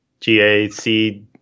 GAC